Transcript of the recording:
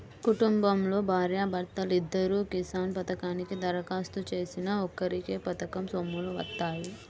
కుటుంబంలో భార్యా భర్తలిద్దరూ కిసాన్ పథకానికి దరఖాస్తు చేసినా ఒక్కరికే పథకం సొమ్ములు వత్తాయి